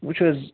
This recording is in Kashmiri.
وُچھُو حظ